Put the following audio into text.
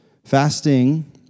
Fasting